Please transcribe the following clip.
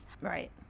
Right